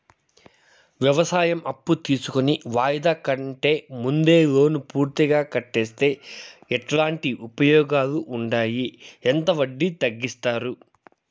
వ్యవసాయం అప్పు తీసుకొని వాయిదా కంటే ముందే లోను పూర్తిగా కట్టేస్తే ఎట్లాంటి ఉపయోగాలు ఉండాయి? ఎంత వడ్డీ తగ్గిస్తారు?